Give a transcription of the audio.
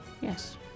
Yes